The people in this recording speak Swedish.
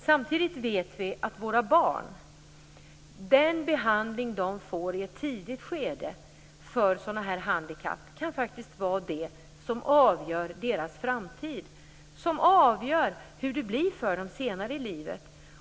Samtidigt vet vi att den behandling våra barn i ett tidigt skede får för sådana här handikapp faktiskt kan vara det som avgör deras framtid, som avgör hur det blir för dem senare i livet.